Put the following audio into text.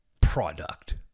product